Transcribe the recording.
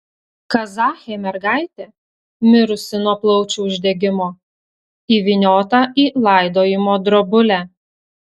kazachė mergaitė mirusi nuo plaučių uždegimo įvyniota į laidojimo drobulę